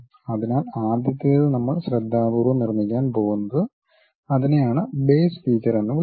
അതിനാൽ ആദ്യത്തേത് നമ്മൾ ശ്രദ്ധാപൂർവ്വം നിർമ്മിക്കാൻ പോകുന്നത് അതിനെ ആണ് ബേസ് ഫീച്ചർ എന്ന് വിളിക്കുന്നത്